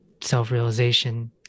self-realization